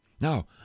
Now